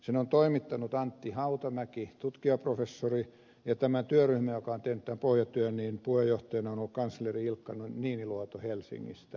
sen on toimittanut antti hautamäki tutkimusprofessori ja tämän työryhmän joka on tehnyt tämän pohjatyön puheenjohtajana on ollut kansleri ilkka niiniluoto helsingistä